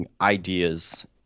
ideas